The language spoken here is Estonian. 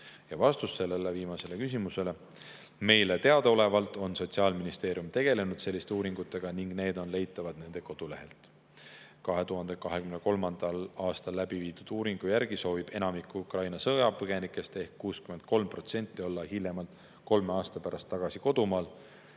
vastavaid uuringuid?" Meile teadaolevalt on Sotsiaalministeerium tegelenud selliste uuringutega ning need on leitavad nende kodulehelt. 2023. aastal tehtud uuringu järgi soovib enamik Ukraina sõjapõgenikest ehk 63% olla hiljemalt kolme aasta pärast tagasi kodumaal.